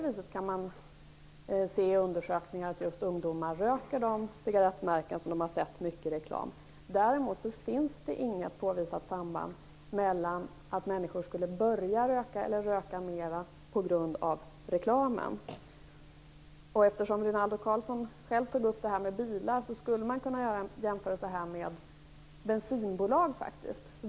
Man kan se i undersökningar att ungdomar röker just de cigarettmärken som de har sett mycket reklam för. Däremot finns det inget påvisat samband som säger att människor skulle börja röka eller röka mer på grund av reklamen. Eftersom Rinaldo Karlsson själv tog upp det här med bilar skulle man här kunna göra en jämförelse med bensinbolag.